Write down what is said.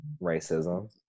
racism